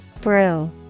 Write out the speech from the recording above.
Brew